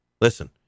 listen